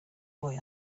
boy